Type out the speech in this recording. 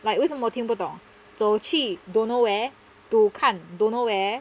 like 为什么听不懂走去 don't no where to 看 don't no where